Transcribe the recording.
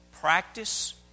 practice